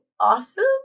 awesome